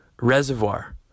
reservoir